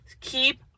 Keep